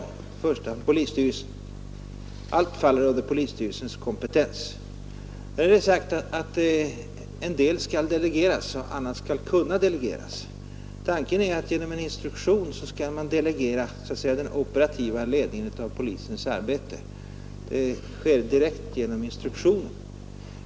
All lokal polisverksamhet faller i princip under polisstyrelsens kompetens. Nu är det sagt att en del skall delegeras och annat kunna delegeras. Tanken är att man genom en instruktion direkt skall delegera den operativa ledningen av polisens arbete till polischefen.